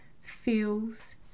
feels